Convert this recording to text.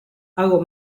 hago